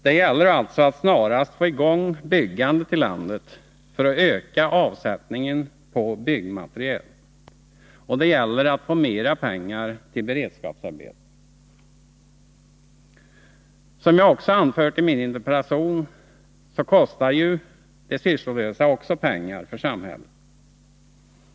Det gäller alltså att snarast få i gång byggandet i landet för att öka avsättningen på byggmaterial, och det gäller att få mera pengar till beredskapsarbeten. Som jag också anfört i min interpellation kostar de sysslolösa pengar för samhället.